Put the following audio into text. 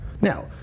Now